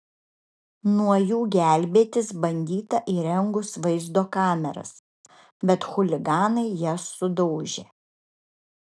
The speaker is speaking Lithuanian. nuo jų gelbėtis bandyta įrengus vaizdo kameras bet chuliganai jas sudaužė